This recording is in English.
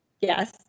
Yes